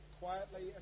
quietly